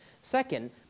Second